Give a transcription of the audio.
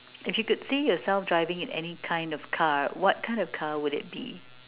if you could see yourself driving in any kind of car what kind of car would it be